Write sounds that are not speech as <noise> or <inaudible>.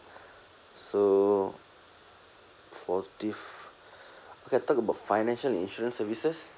so positive <breath> okay talk about financial insurance services